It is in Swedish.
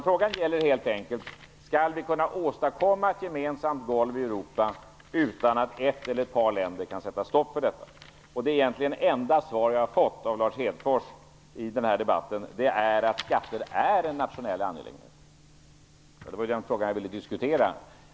Frågan gäller helt enkelt: Skall vi kunna åstadkomma ett gemensamt golv i Europa utan att ett eller ett par länder kan sätta stopp för detta? Det enda svar som jag har fått av Lars Hedfors i den här debatten är att skatter är en nationell angelägenhet. Ja, det var ju den frågan som jag ville diskutera.